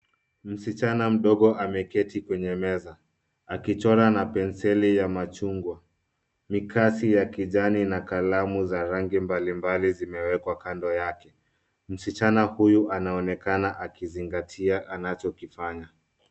Msichana mdogo ameketi kwenye meza akichora na penseli ya machungwa. Mikasi ya kijani na kalamu za rangi mbalimbali zimewekwa kando yake. Msichana huyu anaonekana akizingatia anachokifanya.